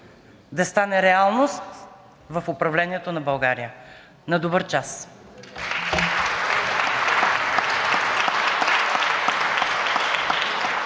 да стане реалност в управлението на България. На добър час!